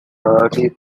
early